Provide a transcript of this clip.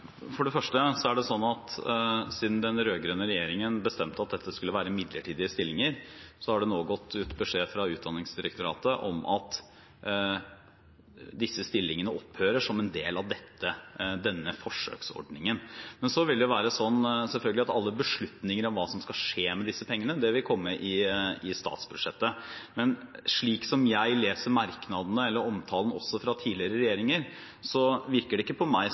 For det første er det slik at siden den rød-grønne regjeringen bestemte at dette skulle være midlertidige stillinger, har det nå gått ut beskjed fra Utdanningsdirektoratet om at disse stillingene opphører som en del av denne forsøksordningen. Men så vil det være slik, selvfølgelig, at alle beslutninger om hva som skal skje med disse pengene, vil komme i statsbudsjettet. Men slik som jeg leser merknadene – eller omtalen også fra tidligere regjeringer – virker det ikke på meg